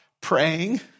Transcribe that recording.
praying